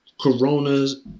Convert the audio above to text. coronas